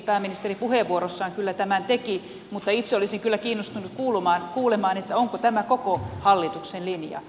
pääministeri puheenvuorossaan kyllä tämän teki mutta itse olisin kyllä kiinnostunut kuulemaan onko tämä koko hallituksen linja